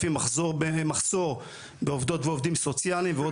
מחסור בעובדות ועובדים סוציאליים ועוד